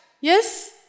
Yes